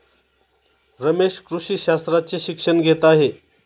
रमेश कृषी शास्त्राचे शिक्षण घेत आहे